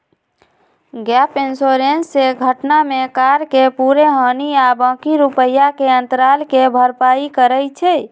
gap insurance से घटना में कार के पूरे हानि आ बाँकी रुपैया के अंतराल के भरपाई करइ छै